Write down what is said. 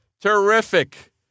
Terrific